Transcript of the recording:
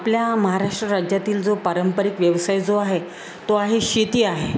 आपल्या महाराष्ट्र राज्यातील जो पारंपरिक व्यवसाय जो आहे तो आहे शेती आहे